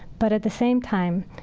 but at the same time,